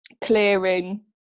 clearing